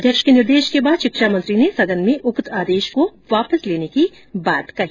अध्यक्ष के निर्देश के बाद शिक्षा मंत्री ने सदन में उक्त आदेश को वापस लेने की बात कही